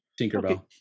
Tinkerbell